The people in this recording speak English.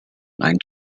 nine